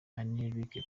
enrique